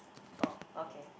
oh okay